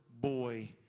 boy